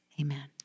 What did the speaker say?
Amen